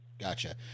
gotcha